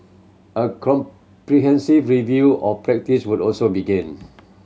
a comprehensive review of practice would also begin